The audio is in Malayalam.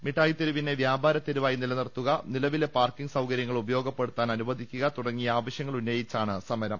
മിഠായിത്തെരുവിനെ വ്യാപാർ തെരുവായി നിലനിർത്തുക നിലവിലെ പാർക്കിംഗ് സൌകര്യങ്ങൾ ഉപയോഗപ്പെടുത്താൻ അനുവദിക്കുക തുടങ്ങിയ ആവശ്യങ്ങളുന്നയിച്ചാണ് സമരം